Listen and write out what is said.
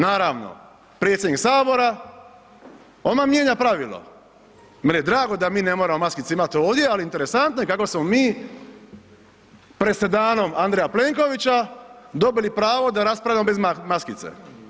Naravno, predsjednik sabora odmah mijenja pravilo, meni je drago da mi ne moramo imati maskice ovdje, ali interesantno je kako smo mi presedanom Andreja Plenkovića dobili pravo da raspravljamo bez maskice.